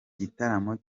gitaramo